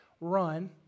run